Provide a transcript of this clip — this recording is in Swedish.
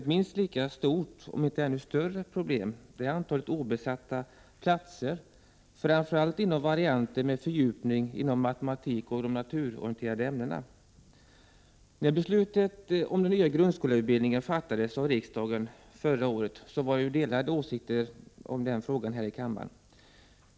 Ett minst lika stort problem, om inte större, är antalet obesatta platser, framför allt beträffande varianter med fördjupning inom matematik och naturorienterande ämnen. När beslutet om den nya grundskollärarutbildningen fattades av riksdagen förra året fanns delade åsikter här i kammaren.